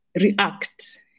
react